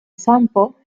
sample